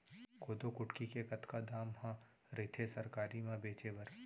कोदो कुटकी के कतका दाम ह रइथे सरकारी म बेचे बर?